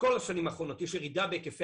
כל השנים האחרונות יש ירידה בהיקפי